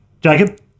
Jacob